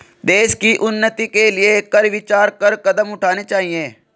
देश की उन्नति के लिए कर विचार कर कदम उठाने चाहिए